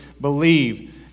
believe